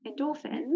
endorphins